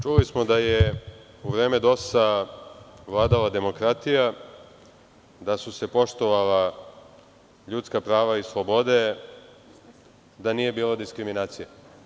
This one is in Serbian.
Čuli smo da je u vreme DOS vladala demokratija, da su se poštovala ljudska prava i slobode, da nije bilo diskriminacije.